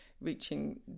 reaching